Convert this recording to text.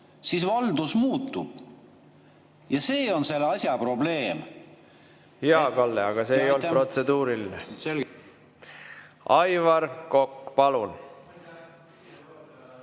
Valdus muutub ja see on selle asja probleem. Jaa, Kalle, aga see ei olnud protseduuriline. Aivar Kokk, palun!